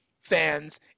fans